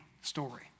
story